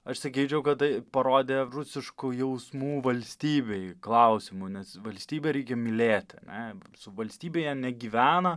aš sakyčiau kad tai parodė rusiškų jausmų valstybėj klausimu nes valstybę reikia mylėti ar ne su valstybe jie negyvena